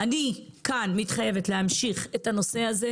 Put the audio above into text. אני כאן מתחייבת להמשיך את הטיפול בנושא הזה.